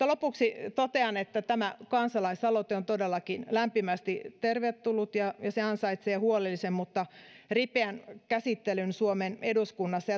lopuksi totean että tämä kansalaisaloite on todellakin lämpimästi tervetullut ja ja se ansaitsee huolellisen mutta ripeän käsittelyn suomen eduskunnassa